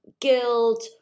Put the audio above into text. guilt